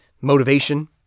motivation